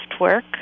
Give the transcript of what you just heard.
work